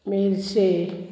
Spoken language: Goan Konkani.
मेरशे